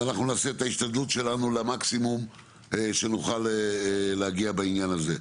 אז אנחנו נעשה את ההשתדלות שלנו למקסימום שנוכל להגיע בעניין הזה.